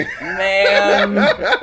man